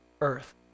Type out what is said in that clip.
earth